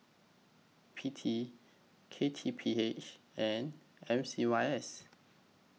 P T K T P H and M C Y S